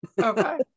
Okay